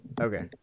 Okay